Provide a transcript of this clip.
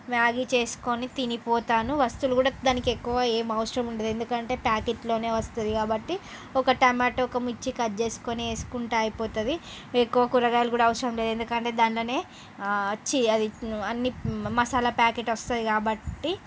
Maggi చేసుకుని తిని పోతాను వస్తువులు కూడా దానికి ఎక్కువ ఏం అవసరం ఉండదు ఎందుకంటే ప్యాకెట్లోనే వస్తుంది కాబట్టి ఒక టమాటో ఒక మిర్చి కట్ చేసుకుని వేసుకుంటే అయిపోతుంది ఎక్కువ కూరగాయలు కూడా అవసరం లేదు ఎందుకంటే దాంట్లోనే చి అది అన్ని మసాలా ప్యాకెట్ వస్తుంది కాబట్టి